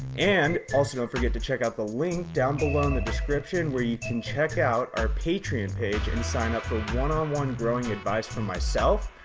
and also don't forget to check out the link down below in the description where you can check out our patreon page and sign up for one um one growing advice from myself,